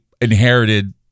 inherited